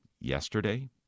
yesterday